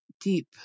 deep